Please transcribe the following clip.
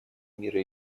мира